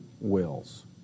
wills